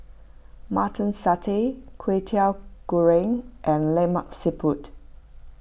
Mutton Satay Kwetiau Goreng and Lemak Siput